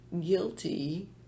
guilty